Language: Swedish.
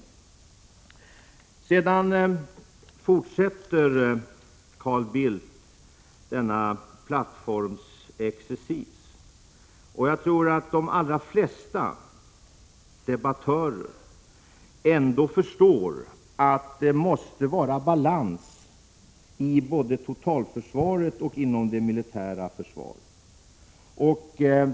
Carl Bildt fortsätter sin plattformsexercis, och jag tror att de allra flesta debattörer ändå förstår att det måste vara balans inom både totalförsvaret och det militära försvaret.